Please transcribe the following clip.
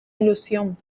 ilusión